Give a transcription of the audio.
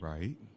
Right